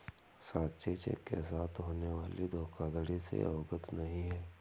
साक्षी cheque के साथ होने वाली धोखाधड़ी से अवगत नहीं है